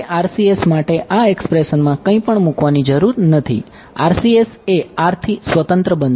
તમારે RCS માટે આ એક્સપ્રેશનમાં કંઈપણ મૂકવાની જરૂર નથી RCS એ r થી સ્વતંત્ર બનશે